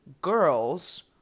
girls